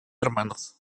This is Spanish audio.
hermanos